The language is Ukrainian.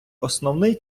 основний